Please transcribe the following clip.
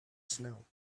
snow